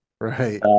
right